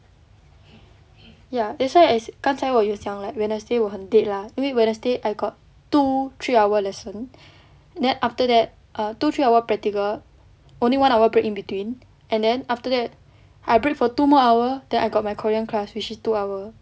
ya that's why as 刚才我有讲 like wednesday 我很 dead lah 因为 wednesday I got two three hour lesson then after that err two three hour practical only one hour break in between and then after that I break for two more hour then I got my korean class which is two hour